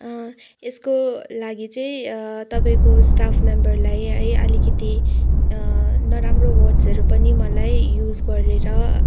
यसको लागि चाहिँ तपाईँको स्टाफ मेम्बरलाई है अलिकति नराम्रो वर्डसहरू पनि मलाई युज गरेर